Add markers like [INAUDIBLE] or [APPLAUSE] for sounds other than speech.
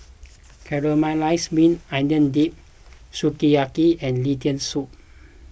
[NOISE] Caramelized Maui Onion Dip Sukiyaki and Lentil Soup